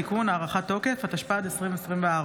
התשפ"ד 2024,